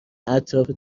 اطراف